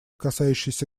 касающийся